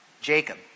Jacob